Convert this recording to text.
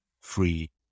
free